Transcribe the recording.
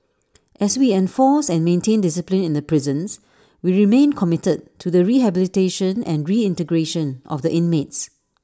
as we enforced and maintained discipline in the prisons we remain committed to the rehabilitation and reintegration of the inmates